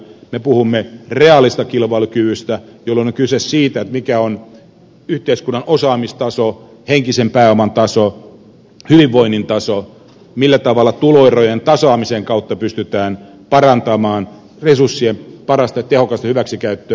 me puhumme reaalista kilpailukyvystä jolloin on kyse siitä mikä on yhteiskunnan osaamistaso henkisen pääoman taso hyvinvoinnin taso millä tavalla tuloerojen tasaamisen kautta pystytään parantamaan resurssien parasta tehokasta hyväksikäyttöä yhteiskunnassa